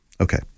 Okay